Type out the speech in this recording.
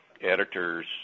Editors